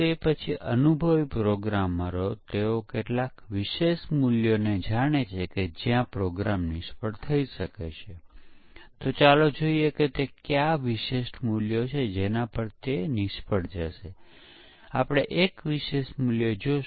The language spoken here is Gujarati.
તેથી વેરિફિકેશન અને વેલીડેશન માટેની આ કેટલીક તકનીકો છે વેરિફિકેશનમાં આપણે સમીક્ષા સિમ્યુલેશન એકમ પરીક્ષણ એકીકરણ પરીક્ષણ અને સિસ્ટમ પરીક્ષણનો ઉપયોગ કરીએ છીએ